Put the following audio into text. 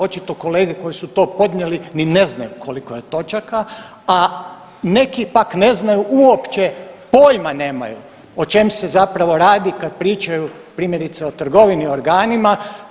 Očito kolege koji su to podnijeli ni ne znaju koliko je točaka, a neki pak ne znaju uopće pojma nemaju o čem se zapravo radi kad pričaju primjerice o trgovini organima.